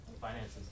Finances